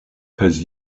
cause